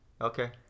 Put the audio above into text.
Okay